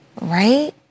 Right